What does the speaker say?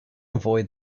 avoid